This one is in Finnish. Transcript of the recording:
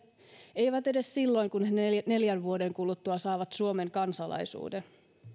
eivät edes silloin kun he neljän vuoden kuluttua saavat suomen kansalaisuuden